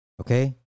Okay